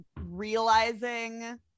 realizing